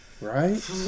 right